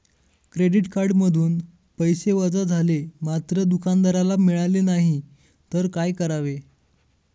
Credit कार्डमधून पैसे वजा झाले मात्र दुकानदाराला मिळाले नाहीत तर काय करावे?